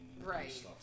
Right